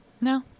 No